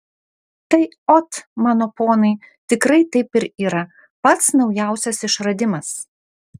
tai ot mano ponai tikrai taip ir yra pats naujausias išradimas